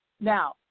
Now